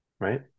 right